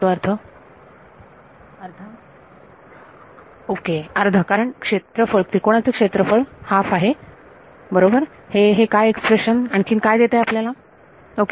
विद्यार्थी अर्धा अर्धा कारण त्रिकोणाचे क्षेत्रफळ अर्धा आहे बरोबर हे हे काय एक्सप्रेशन आणखीन काय देत आहे आपल्याला ओके